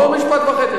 לא משפט וחצי.